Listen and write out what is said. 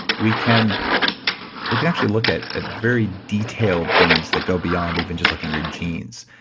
we can we can actually look at at very detailed things that go beyond even just looking at your genes.